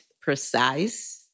precise